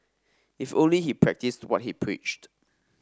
if only he practised what he preached